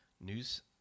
News